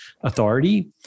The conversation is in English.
authority